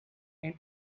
and